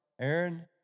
Aaron